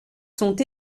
sont